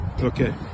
okay